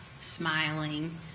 smiling